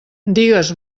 digues